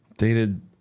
Dated